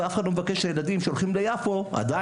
אבל שם אף אחד לא מבקש ליווי של מאבטח